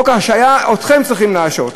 חוק ההשעיה, אתכם צריכים להשעות.